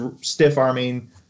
stiff-arming